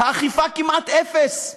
האכיפה כמעט אפס.